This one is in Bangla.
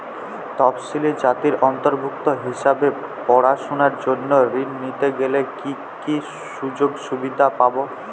তফসিলি জাতির অন্তর্ভুক্ত হিসাবে পড়াশুনার জন্য ঋণ নিতে গেলে কী কী সুযোগ সুবিধে পাব?